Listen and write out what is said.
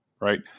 right